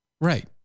Right